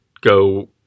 go